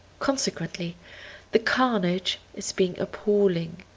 consequently the carnage is being appalling,